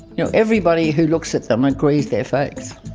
you know everybody who looks at them agrees they're fakes,